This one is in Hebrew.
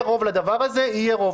יהיה רוב לדבר הזה, יהיה רוב.